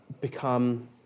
become